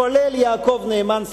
כולל יעקב נאמן,